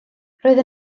roedd